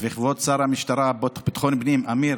וכבוד שר המשטרה, ביטחון הפנים, אמיר,